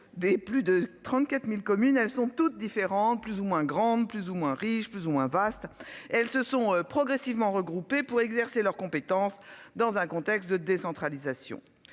Des plus de 34.000 communes. Elles sont toutes différentes plus ou moins grandes, plus ou moins riches plus ou moins vaste, elles se sont progressivement regroupées pour exercer leurs compétences dans un contexte de décentralisation